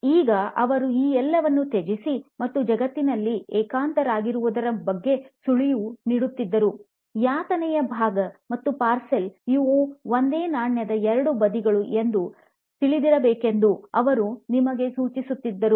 ಈಗ ಅವರು ಈ ಎಲ್ಲವನ್ನು ತ್ಯಜಿಸಿ ಮತ್ತು ಜಗತ್ತಿನಲ್ಲಿ ಏಕಾಂತರಾಗಿರುವುದರ ಬಗ್ಗೆ ಸುಳಿವು ನೀಡುತ್ತಿದ್ದರು ಯಾತನೆಯ ಭಾಗ ಮತ್ತು ಪಾರ್ಸೆಲ್ ಇವು ಒಂದೇ ನಾಣ್ಯದ ಎರಡು ಬದಿಗಳು ಎಂದು ತಿಳಿದಿರಬೇಕೆಂದು ಅವರು ನಿಮಗೆ ಸೂಚಿಸುತ್ತಿದ್ದರು